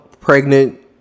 pregnant